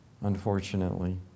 unfortunately